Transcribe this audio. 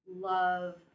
love